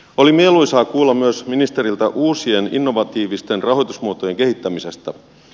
oli mieluisaa kuulla myös ministeriltä uusien innovatiivisten rahoitusmuotojen kehittämisestä